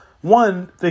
one